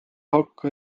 hakka